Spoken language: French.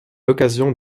l’occasion